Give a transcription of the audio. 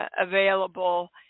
Available